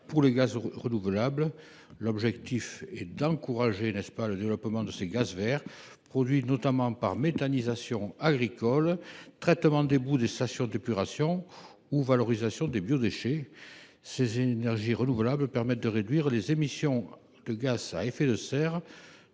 et bas carbone. L’objectif est d’encourager le développement de ces gaz verts, qui sont notamment produits par la méthanisation agricole, le traitement des boues des stations d’épuration ou la valorisation des biodéchets. Ces énergies renouvelables nous permettent de réduire nos émissions de gaz à effet de serre,